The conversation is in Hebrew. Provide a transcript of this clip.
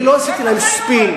אני לא עשיתי להם ספין.